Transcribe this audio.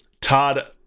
todd